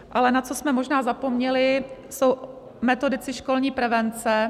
Ale na co jsme možná zapomněli, jsou metodici školní prevence.